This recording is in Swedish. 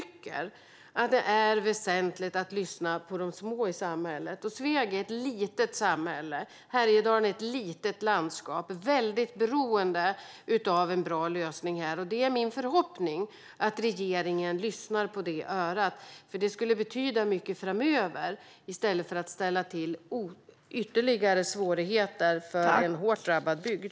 Det är väsentligt att lyssna på de små i samhället, och Sveg är ett litet samhälle och Härjedalen ett litet landskap och beroende av en bra lösning. Det är min förhoppning att regeringen lyssnar på det örat. Det skulle betyda mycket framöver i stället för att man ställer till ytterligare svårigheter för en hårt drabbad bygd.